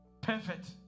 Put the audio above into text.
perfect